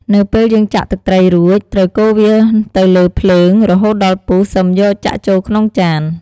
នៅពេលយើងចាក់ទឹកត្រីរួច ត្រូវកូរវាទៅលើភ្លើងរហូតដល់ពុះ សិមយកចាក់ចូលក្នុងចាន។